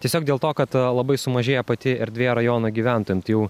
tiesiog dėl to kad labai sumažėja pati erdvė rajono gyventojam tai jau